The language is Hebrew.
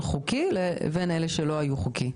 בצורה חוקית לבין אלה שהיו כאן בצורה לא חוקית.